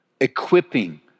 equipping